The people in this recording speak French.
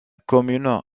commune